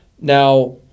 Now